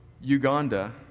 Uganda—